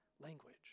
language